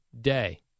day